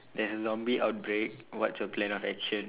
there's a zombie outbreak what's your plan of action